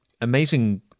amazing